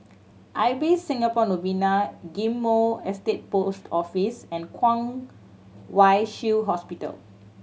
Ibis Singapore Novena Ghim Moh Estate Post Office and Kwong Wai Shiu Hospital